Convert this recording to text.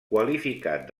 qualificat